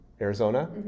Arizona